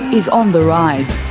is on the rise.